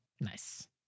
Nice